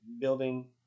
building